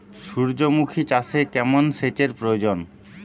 সূর্যমুখি চাষে কেমন সেচের প্রয়োজন?